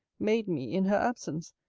made me in her absence,